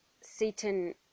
Satan